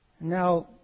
Now